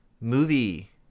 movie